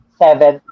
seven